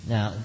Now